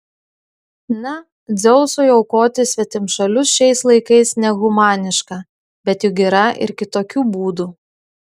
na dzeusui aukoti svetimšalius šiais laikais nehumaniška bet juk yra ir kitokių būdų